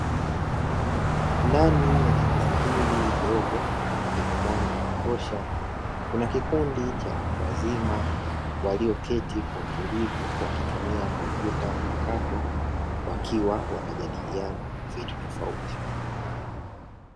Ndani ya darasa hili dogo lenye mwanga wa kutosha, kuna kikundi cha watu wazima walioketi kwa utulivu wakitumia kompyuta mpakato wakiwa wanajadiliana vitu tofauti.